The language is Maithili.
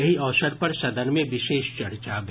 एहि अवसर पर सदन मे विशेष चर्चा भेल